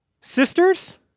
Sisters